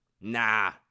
Nah